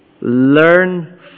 Learn